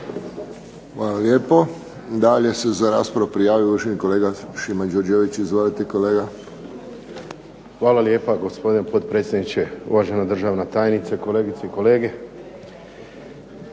Hvala. Dalje se za raspravu prijavo uvaženi kolega Šimo Đurđević. Izvolite kolega. **Đurđević, Šimo (HDZ)** Hvala lijepo gospodine potpredsjedniče. Uvaženi državna tajnice, kolegice i kolege.